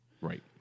Right